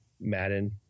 Madden